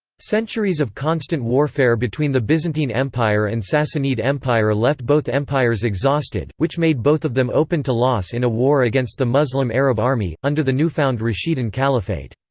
centuries of constant warfare between the byzantine empire and sassanid empire left both empires exhausted, which made both of them open to loss in a war against the muslim arab army, under the newfound rashidun caliphate.